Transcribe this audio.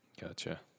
gotcha